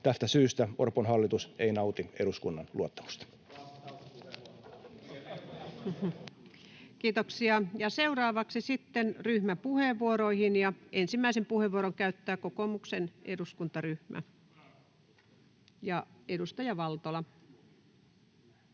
Tästä syystä Orpon hallitus ei nauti eduskunnan luottamusta.” Kiitoksia. — Seuraavaksi sitten ryhmäpuheenvuoroihin. Ensimmäisen puheenvuoron käyttää kokoomuksen eduskuntaryhmä, edustaja Valtola.